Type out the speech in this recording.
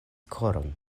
koron